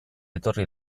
etorri